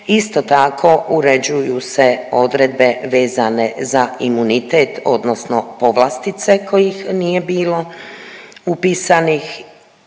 Isto tako, uređuju se odredbe vezane za imunitet odnosno povlastice kojih nije bilo upisanih